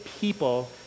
people